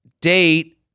date